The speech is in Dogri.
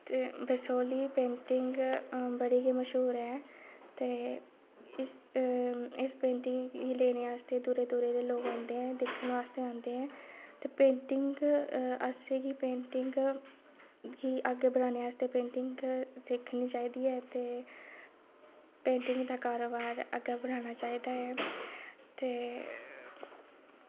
ते बसोह्ली पेंटिंग ते बड़ी गै मश्हूर ऐ ते इस पेंटिंग बास्तै दूरै दूरै दे लोग औंदे ऐ ते पेंटिंग असेंगी पेंटिंग अग्गें जाने आस्तै पेंटिंग सिक्खनी चाहिदी ऐ ते पेंटिंग दा कारोबार अग्गें बधाना चाहिदा ऐ ते